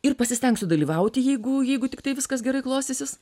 ir pasistengsiu dalyvauti jeigu jeigu tiktai viskas gerai klostysis